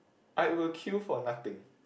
I will queue for nothing